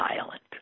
violent